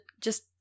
just-